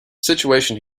situation